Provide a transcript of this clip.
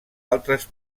altres